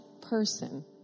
person